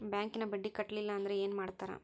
ಬ್ಯಾಂಕಿನ ಬಡ್ಡಿ ಕಟ್ಟಲಿಲ್ಲ ಅಂದ್ರೆ ಏನ್ ಮಾಡ್ತಾರ?